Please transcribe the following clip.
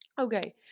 okay